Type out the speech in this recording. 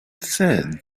said